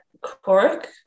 Cork